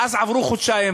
מאז עברו חודשיים,